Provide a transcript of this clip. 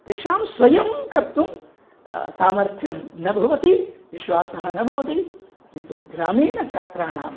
तेषां स्वयं कर्तुं सामर्थ्यं न भवति विश्वासः न भवति किन्तु ग्रामीणछात्राणां